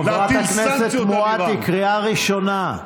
חברת הכנסת מואטי, קריאה ראשונה.